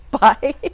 Bye